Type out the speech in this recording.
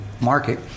market